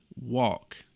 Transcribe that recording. walk